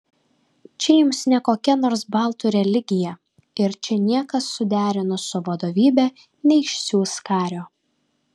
čia jums ne kokia nors baltų religija ir čia niekas suderinus su vadovybe neišsiųs kario